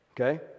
okay